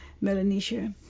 Melanesia